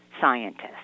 scientists